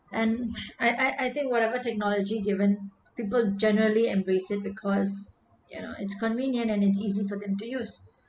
and I I think whatever technology given people generally embrace it because you know it's convenient and easy for them to use